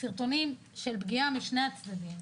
סרטונים של פגיעה משני הצדדים.